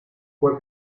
fue